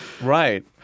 right